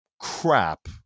crap